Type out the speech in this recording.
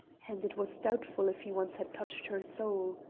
and twas doubtful if he once had touched her soul.